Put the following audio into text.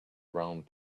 round